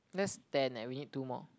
that's ten leh we need two more